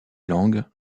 langues